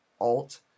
alt